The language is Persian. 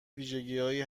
ویژگیهایی